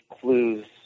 clues